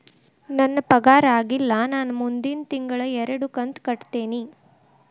ನನ್ನ ಪಗಾರ ಆಗಿಲ್ಲ ನಾ ಮುಂದಿನ ತಿಂಗಳ ಎರಡು ಕಂತ್ ಕಟ್ಟತೇನಿ